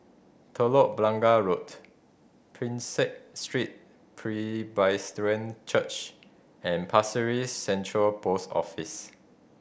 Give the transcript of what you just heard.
Telok Blangah Road Prinsep Street Presbyterian Church and Pasir Central Post Office